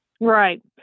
Right